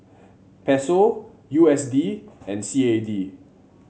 Peso U S D and C A D